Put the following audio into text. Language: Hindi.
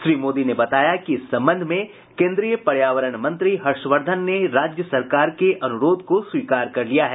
श्री मोदी ने बताया कि इस संबंध में केन्द्रीय पर्यावरण मंत्री हर्षवर्द्वन ने राज्य सरकार के अनुरोध को स्वीकार कर लिया है